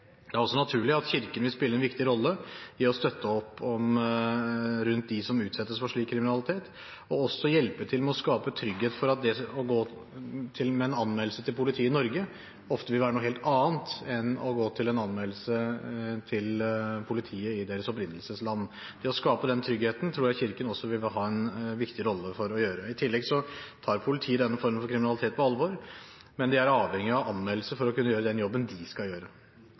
Det er også naturlig at Kirken vil spille en viktig rolle i å støtte opp om dem som utsettes for slik kriminalitet, og også hjelpe til med å skape trygghet for at det å gå til politiet i Norge med en anmeldelse ofte vil være noe helt annet enn å gå til politiet i deres opprinnelsesland med en anmeldelse. Å skape den tryggheten tror jeg også Kirken vil ha en viktig rolle i. I tillegg tar politiet denne formen for kriminalitet på alvor, men de er avhengig av anmeldelse for å kunne gjøre den jobben de skal gjøre.